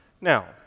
Now